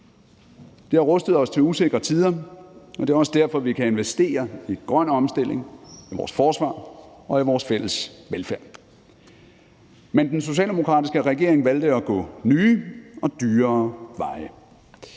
Det har rustet os til usikre tider, og det er også derfor, vi kan investere i grøn omstilling, i vores forsvar og i vores fælles velfærd. Kl. 10:44 Men den socialdemokratiske regering valgte at gå nye og dyrere veje.